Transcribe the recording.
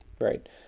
right